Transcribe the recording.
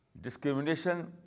Discrimination